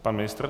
Pan ministr?